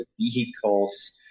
vehicles